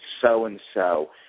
so-and-so